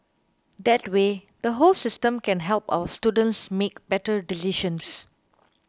that way the whole system can help our students make better decisions